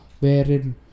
wherein